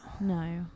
No